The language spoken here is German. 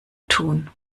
tun